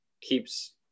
keeps